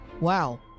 Wow